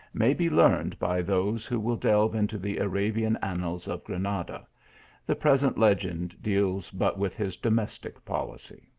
may be learned by those who will delve into the arabian annals of grana da the present legend deals but with his domestic policy.